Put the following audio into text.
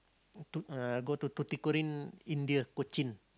Tut~ uh go to Tuticorin India Cochin